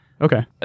Okay